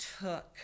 took